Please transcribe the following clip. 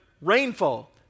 Rainfall